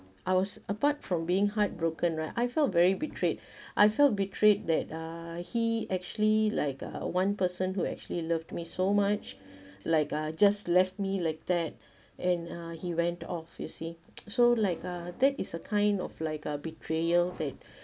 I was apart from being heartbroken right I felt very betrayed I felt betrayed that uh he actually like uh one person who actually loved me so much like uh just left me like that and uh he went off you see so like uh that is a kind of like a betrayal that